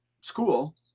school